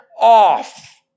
off